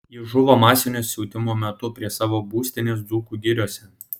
jis žuvo masinio siautimo metu prie savo būstinės dzūkų giriose